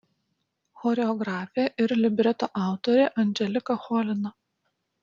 choreografė ir libreto autorė anželika cholina